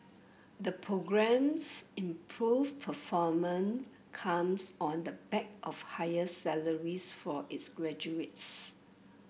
the programme's improved performance comes on the back of higher salaries for its graduates